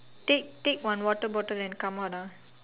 take take one water bottle and come out ah